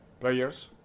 players